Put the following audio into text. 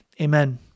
Amen